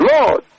Lord